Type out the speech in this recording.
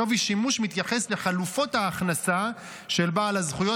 שווי שימוש מתייחס לחלופות ההכנסה של בעל הזכויות